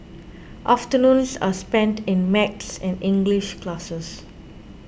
afternoons are spent in maths and English classes